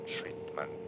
treatment